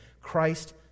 Christ